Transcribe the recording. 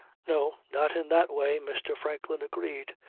no. not in that way, mr. franklin agreed,